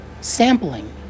sampling